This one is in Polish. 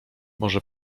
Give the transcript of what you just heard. może